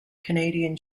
canadian